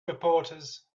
reporters